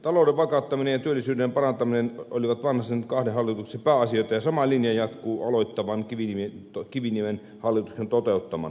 talouden vakauttaminen ja työllisyyden parantaminen olivat vanhasen kahden hallituksen pääasioita ja sama linja jatkuu aloittavan kiviniemen hallituksen toteuttamana